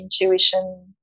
intuition